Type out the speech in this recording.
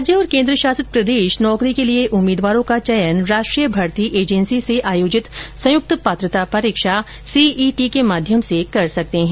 राज्य और केंद्र शासित प्रदेश नौकरी के लिए उम्मीदवारों का चयन राष्ट्रीय भर्ती एजेंसी से आयोजित संयुक्त पात्रता परीक्षा सीईटी के माध्यम से कर सकते हैं